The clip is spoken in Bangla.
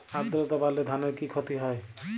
আদ্রর্তা বাড়লে ধানের কি ক্ষতি হয়?